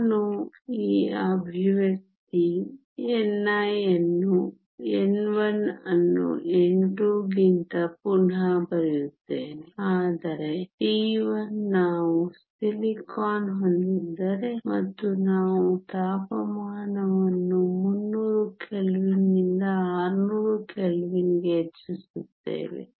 ನಾನು ಆ expression n1 ಅನ್ನು n2 ಗಿಂತ ಪುನಃ ಬರೆಯುತ್ತೇನೆ ಆದರೆ T1 ನಾವು ಸಿಲಿಕಾನ್ ಹೊಂದಿದ್ದರೆ ಮತ್ತು ನಾವು ತಾಪಮಾನವನ್ನು 300 ಕೆಲ್ವಿನ್ನಿಂದ 600 ಕೆಲ್ವಿನ್ಗೆ ಹೆಚ್ಚಿಸುತ್ತೇವೆ